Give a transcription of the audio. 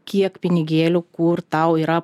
kiek pinigėlių kur tau yra